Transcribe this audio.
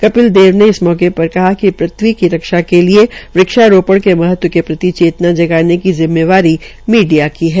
कपिल देव ने इस मौके पर कहा कि पृथ्वी की रक्षा के लिये वक्षारोपण के महत्व के प्रति चेतना जगाने की जिम्मेवारी मीडिया की है